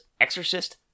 Exorcist